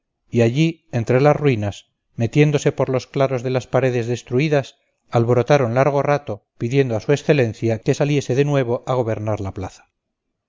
y allí entre las ruinas metiéndose por los claros de las paredes destruidas alborotaron largo rato pidiendo a su excelencia que saliese de nuevo a gobernar la plaza